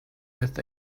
with